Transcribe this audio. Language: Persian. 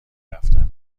رفتن